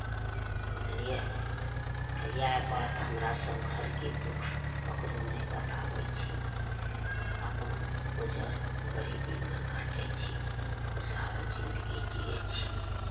बुझलियै तऽ इएह बात हमरा सब घरके दुःख ककरो नहि बताबै छी अपन गुजर गरीबीमे काटै छी खुशहाल जिन्दगी जियै छी